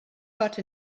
got